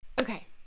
okay